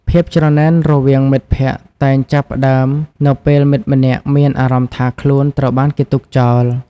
ភាពច្រណែនរវាងមិត្តភក្តិតែងចាប់ផ្ដើមនៅពេលមិត្តម្នាក់មានអារម្មណ៍ថាខ្លួនត្រូវបានគេទុកចោល។